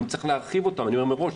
האם צריך להרחיב אותן ואני אומר מראש,